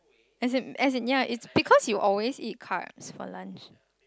as in as in yeah is because you always eat carbs for lunch